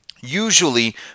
Usually